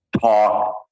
talk